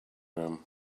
room